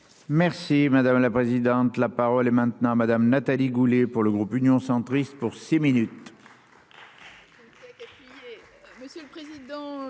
Merci madame la présidente, la parole est maintenant à madame Nathalie Goulet pour le groupe Union centriste pour six minutes.